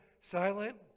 silent